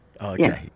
Okay